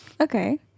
Okay